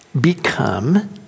become